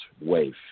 wave